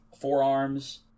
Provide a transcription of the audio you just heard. forearms